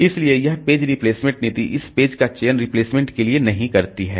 इसलिए यह page replacement नीति इस पेज का चयन रिप्लेसमेंट के लिए नहीं करती है